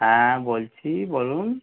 হ্যাঁ বলছি বলুন